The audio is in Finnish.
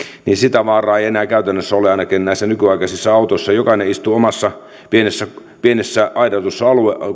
ei enää käytännössä ole ainakin näissä nykyaikaisissa autoissa jokainen istuu omassa pienessä pienessä aidatussa